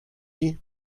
you